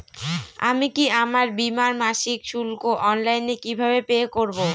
আমি কি আমার বীমার মাসিক শুল্ক অনলাইনে কিভাবে পে করব?